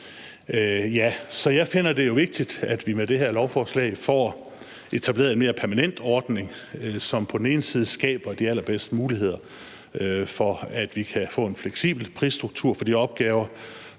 jeg finder det vigtigt, at vi med det her lovforslag får etableret en mere permanent ordning, som på den ene side skaber de allerbedste muligheder, for at vi kan få en fleksibel prisstruktur for de opgaver,